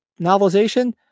novelization